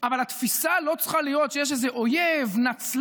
אבל התפיסה לא צריכה להיות שיש איזה אויב נצלן,